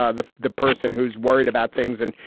ah the the person who's worried about things and.